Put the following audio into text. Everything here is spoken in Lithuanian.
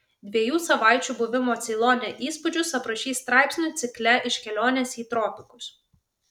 dviejų savaičių buvimo ceilone įspūdžius aprašys straipsnių cikle iš kelionės į tropikus